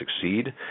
succeed